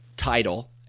title